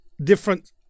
Different